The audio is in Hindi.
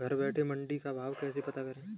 घर बैठे मंडी का भाव कैसे पता करें?